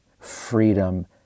freedom